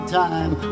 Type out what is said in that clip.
time